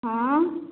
हँ